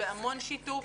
בהמון שיתוף,